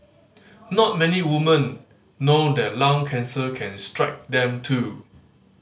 not many women know that lung cancer can strike them too